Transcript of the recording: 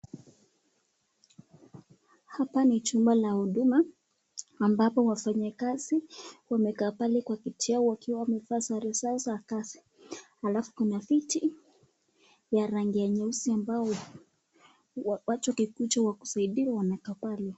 Hapa ni chumba la huduma, ambapo wafanyikazi wamekaa pale kwa kiti yao wakiwa wamevaa sare zao za kazi, alafu kuna viti ya rangi ya nyeusi ambao watu wakikuja wakisaidiwa wanakaa pale.